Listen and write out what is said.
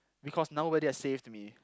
because nobody has saved me